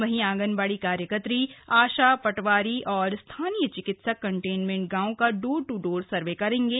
वहीं आंगनबाड़ी कार्यकत्री आशा पटवारी और स्थानीय चिकित्सक कंटेनमेंट गांव का डोर टू डोर सर्वे करेंगे